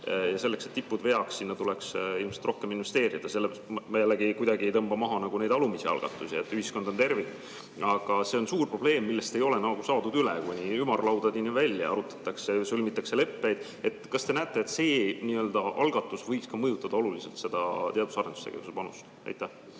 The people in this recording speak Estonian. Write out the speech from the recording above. selleks, et tipud veaks, tuleks ilmselt rohkem investeerida. Ma jällegi kuidagi ei tõmba maha alumisi algatusi, sest ühiskond on tervik. Aga see on suur probleem, millest ei ole saadud üle. Kuni ümarlaudadeni välja arutatakse ja sõlmitakse leppeid. Kas te näete, et see algatus võiks mõjutada oluliselt seda teadus‑ ja arendustegevuse panust? Aitäh,